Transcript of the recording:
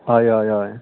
हय हय हय